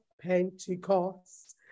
Pentecost